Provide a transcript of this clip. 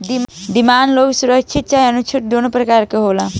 demand loan सुरक्षित चाहे असुरक्षित दुनो प्रकार के होला